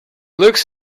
looks